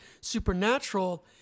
supernatural